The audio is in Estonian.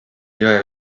jõe